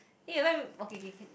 eh oh okay okay can